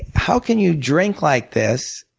ah how can you drink like this,